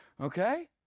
okay